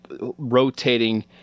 rotating